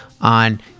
on